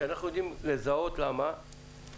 כשאנחנו יודעים לזהות למה,